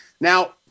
Now